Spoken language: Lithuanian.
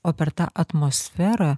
o per tą atmosferą